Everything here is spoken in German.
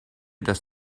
das